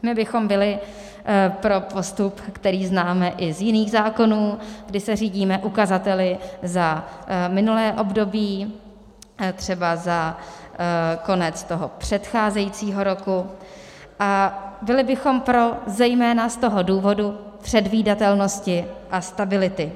My bychom byli pro postup, který známe i z jiných zákonů, kdy se řídíme ukazateli za minulé období, třeba za konec toho předcházejícího roku, a byli bychom pro zejména z důvodu předvídatelnosti a stability.